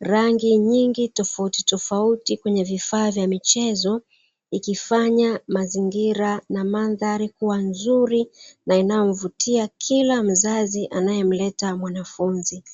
rangi nyingi tofautitofauti kwenye vifaa vya michezo, ikifanya mazingira na mandhari kuwa nzuri na inayomvutia kila mzazi anayemleta mwanafunzi.